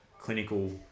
clinical